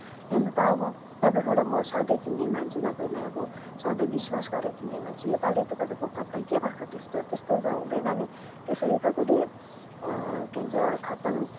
हेर्नु त अब तपाईँकोबाट म सधैँ किन्ने मन्छे तपाईँलाई अब सधैँ विश्वास गरेर किन्ने मान्छे यो पालि त तपाईँको कपडा के भएको त्यस्तो त्यस्तो त हुँदैन नि त्यसरी तपाईँले के भन्छ खत्तम